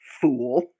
fool